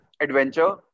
adventure